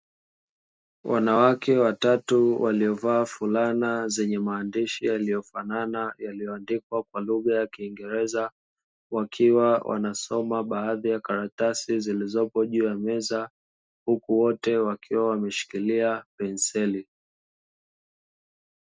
wanawake watatu waliova fulana zenye maandishi yaliyofanana, yaliyoandikwa kwa lugha ya kingereza wakiwa wanasoma baadhi ya karatasi zilizopo juu ya meza huku wote wakiwa wameshikilia penseli.